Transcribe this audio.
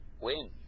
Win